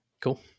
cool